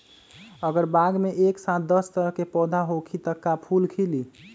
अगर बाग मे एक साथ दस तरह के पौधा होखि त का फुल खिली?